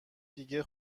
دیگه